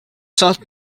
saintes